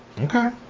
Okay